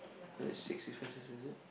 that's six differences is it